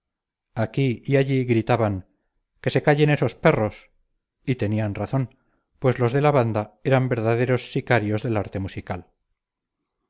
aquí y allí gritaban que se callen esos perros y tenían razón pues los de la banda eran verdaderos sicarios del arte musical